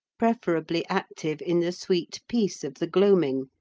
preferably active in the sweet peace of the gloaming,